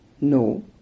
no